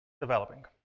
developing